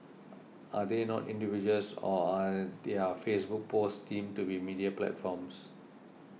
are they not individuals or are their Facebook posts deemed to be media platforms